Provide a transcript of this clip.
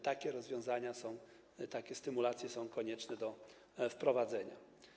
Takie rozwiązania, takie stymulacje są konieczne do wprowadzenia.